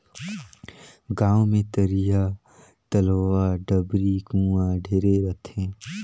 गांव मे तरिया, तलवा, डबरी, कुआँ ढेरे रथें